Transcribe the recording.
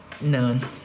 None